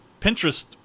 Pinterest